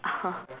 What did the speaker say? !huh!